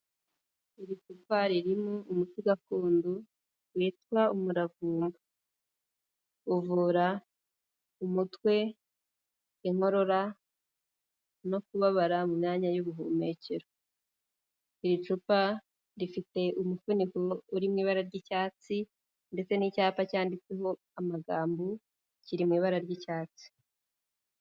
Icupa ririmo umuti gakondo witwa umuravumba, uvura umutwe, inkorora no kubabara mu myanya y'ubuhumekero, iri cupa rifite umufuniko uri mu ibara ry'icyatsi ndetse n'icyapa cyanditseho amagambo kiri mu ibara ry'icyatsi.